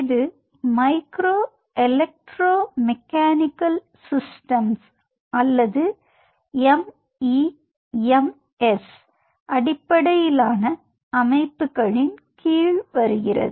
இது micro electro mechanical systems அல்லது MEMS அடிப்படையிலான அமைப்புகளின் கீழ் வருகிறது